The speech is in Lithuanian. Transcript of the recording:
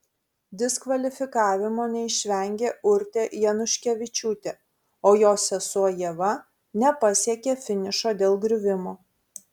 diskvalifikavimo neišvengė urtė januškevičiūtė o jos sesuo ieva nepasiekė finišo dėl griuvimo